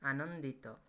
ଆନନ୍ଦିତ